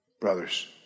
brothers